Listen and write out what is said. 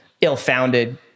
ill-founded